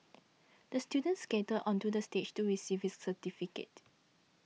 the student skated onto the stage to receive his certificate